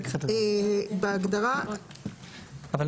נעה,